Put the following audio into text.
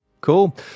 cool